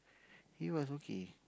he was okay